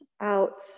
out